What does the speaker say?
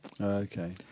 okay